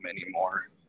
anymore